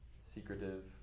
secretive